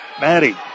Maddie